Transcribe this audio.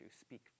speak